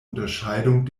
unterscheidung